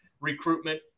recruitment